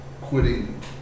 quitting